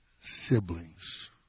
siblings